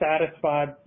satisfied